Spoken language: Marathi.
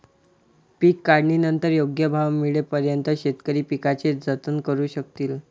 पीक काढणीनंतर योग्य भाव मिळेपर्यंत शेतकरी पिकाचे जतन करू शकतील